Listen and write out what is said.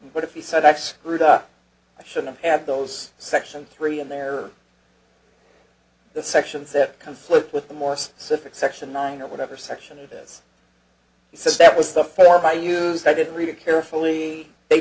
but if he said that screwed up i shouldn't have those section three and there are the sections that conflict with the more specific section nine or whatever section it is he says that was the form i use i didn't read it carefully they